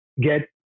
get